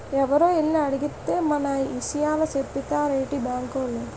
ఎవరో ఎల్లి అడిగేత్తే మన ఇసయాలు సెప్పేత్తారేటి బాంకోలు?